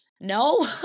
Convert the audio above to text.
No